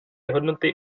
hodnoty